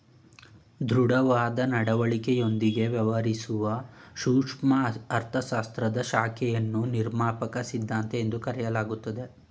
ದೃಢವಾದ ನಡವಳಿಕೆಯೊಂದಿಗೆ ವ್ಯವಹರಿಸುವ ಸೂಕ್ಷ್ಮ ಅರ್ಥಶಾಸ್ತ್ರದ ಶಾಖೆಯನ್ನು ನಿರ್ಮಾಪಕ ಸಿದ್ಧಾಂತ ಎಂದು ಕರೆಯಲಾಗುತ್ತದೆ